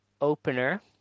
opener